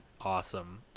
Awesome